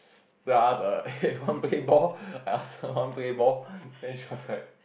so I ask err hey want play ball I ask her want play ball then she was like